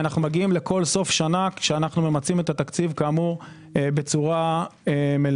אנו מגיעים לכל סוף שנה כשאנו ממצאים את התקציב בצורה מלאה.